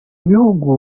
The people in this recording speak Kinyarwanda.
bihugu